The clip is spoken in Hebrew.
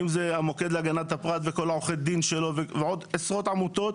אם זה המוקד להגנת הפרט וכל עורכי הדין שלו ועוד עשרות עמותות,